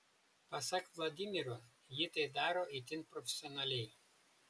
pasak vladimiro ji tai daro itin profesionaliai